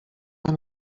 منو